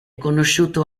conosciuto